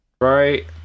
right